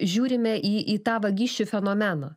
žiūrime į į tą vagysčių fenomeną